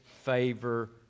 favor